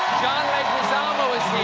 john leguizamo is